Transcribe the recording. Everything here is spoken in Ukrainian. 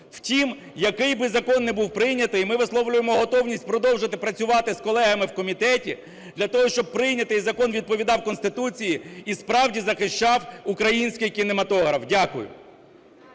Втім, який би закон не був прийнятий, ми висловлюємо готовність продовжити працювати з колегами в комітеті для того, щоб прийнятий закон відповідав Конституції і справді захищав український кінематограф. Дякую.